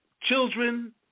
children